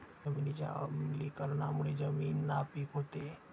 जमिनीच्या आम्लीकरणामुळे जमीन नापीक होते